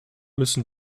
müssen